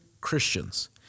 Christians